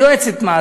היא יועצת מס,